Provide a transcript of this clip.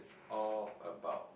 all about